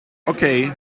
okay